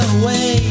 away